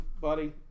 buddy